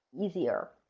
easier